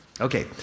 Okay